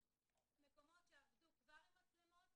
שהמקומות שכבר עבדו עם מצלמות